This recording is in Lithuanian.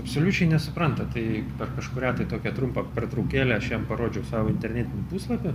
absoliučiai nesupranta tai per kažkurią tai tokią trumpą pertraukėlę aš jam parodžiau savo internetinį puslapį